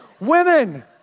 Women